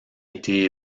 été